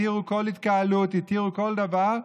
התירו כל התקהלות והתירו כל דבר,